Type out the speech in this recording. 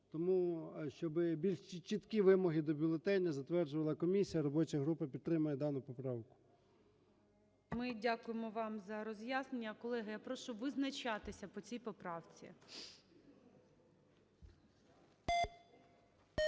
тому, щоби більш чіткі вимоги до бюлетеня затверджувала комісія. Робоча група підтримує дану поправку. ГОЛОВУЮЧИЙ. Ми дякуємо вам за роз'яснення. Колеги, я прошу визначатися по цій поправці.